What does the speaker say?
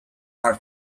are